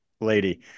lady